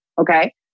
Okay